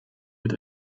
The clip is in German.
mit